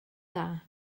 dda